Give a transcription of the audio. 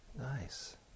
nice